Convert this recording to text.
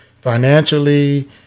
financially